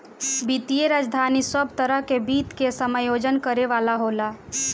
वित्तीय राजधानी सब तरह के वित्त के समायोजन करे वाला होला